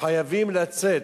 חייבים לצאת.